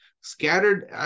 scattered